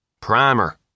Primer